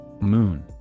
Moon